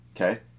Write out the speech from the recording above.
okay